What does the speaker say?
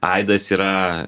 aidas yra